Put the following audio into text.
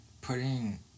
putting